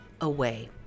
away